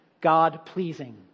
God-pleasing